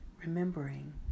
Remembering